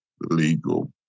legal